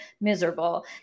miserable